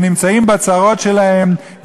שנמצאים בצרות שלהם,